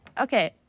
Okay